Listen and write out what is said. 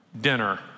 dinner